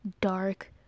dark